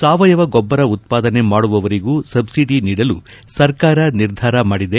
ಸಾವಯವ ಗೊಬ್ಬರ ಉತ್ಪಾದನೆ ಮಾಡುವವರಿಗೂ ಸಬ್ಲಡಿ ನೀಡಲು ಸರ್ಕಾರ ನಿರ್ಧಾರ ಮಾಡಿದೆ